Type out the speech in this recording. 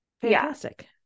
Fantastic